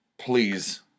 please